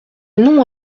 nom